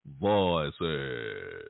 voices